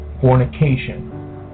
fornication